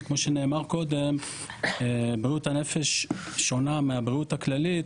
וכמו שנאמר קודם בריאות הנפש שונה מהבריאות הכללית,